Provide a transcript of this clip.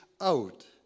out